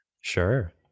Sure